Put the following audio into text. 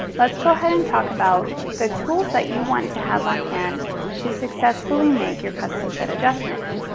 let's go ahead and talk about the tools that you want to have on hand to successfully make your custom fit adjustments.